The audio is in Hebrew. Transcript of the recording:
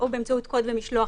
באמצעות קוד ומשלוח,